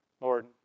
Lord